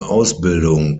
ausbildung